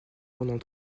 pendant